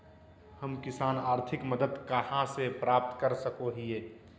हम किसान आर्थिक मदत कहा से प्राप्त कर सको हियय?